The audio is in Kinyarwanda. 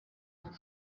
aho